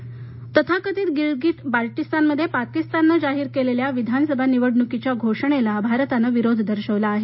भारत पाक गिलगिट बाल्टीस्तानमध्ये पाकीस्ताननं जाहीर केलेल्या विधानसभा निवडणुकीच्या घोषणेला भारतानं विरोध दर्शवला आहे